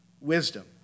wisdom